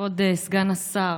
כבוד סגן השר,